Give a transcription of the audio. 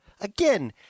again